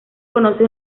conoce